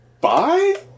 bye